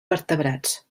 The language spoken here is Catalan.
vertebrats